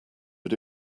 but